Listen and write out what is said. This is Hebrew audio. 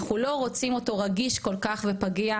אנחנו לא רוצים אותו רגיש כל כך ופגיע,